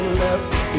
left